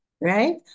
Right